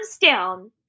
down